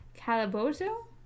Calabozo